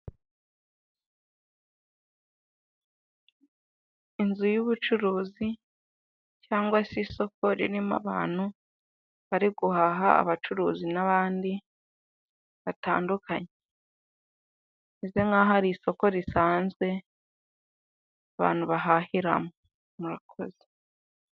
Inzu y'ubucuruzi cyangwa se isoko ririmo abantu, bari guhaha abacuruzi n'abandi batandukanye, rimeze nk'aho ari isoko risanzwe abantu bahahiramo, murakoze.